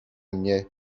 mnie